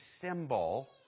symbol